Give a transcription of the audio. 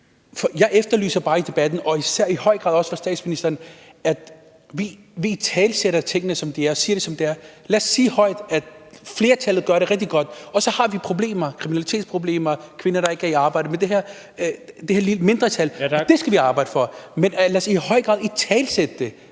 jeg efterlyser i debatten og i høj grad også fra statsministeren, at vi italesætter tingene, som de er, at vi siger det, som det er. Lad os sige højt, at flertallet gør det rigtig godt. Og så har vi også problemer – kriminalitetsproblemer og kvinder, der ikke er i arbejde – men det drejer sig om et mindretal, og det skal vi arbejde med. Men lad os i højere grad italesætte det